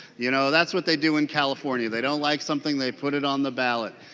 you know that's what they do in california they don't like something they put it on the ballot.